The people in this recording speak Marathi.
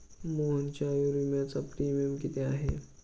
मोहनच्या आयुर्विम्याचा प्रीमियम किती आहे?